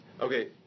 Okay